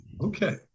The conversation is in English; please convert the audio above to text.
Okay